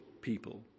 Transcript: people